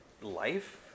life